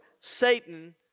Satan